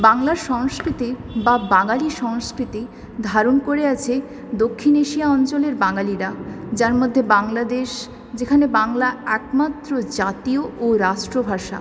বাংলার সংস্কৃতি বা বাঙালি সংস্কৃতি ধারণ করে আছে দক্ষিণ এশিয়া অঞ্চলের বাঙালিরা যার মধ্যে বাংলাদেশ যেখানে বাংলা একমাত্র জাতীয় ও রাষ্ট্রভাষা